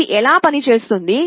ఇది ఎలా పనిచేస్తుంది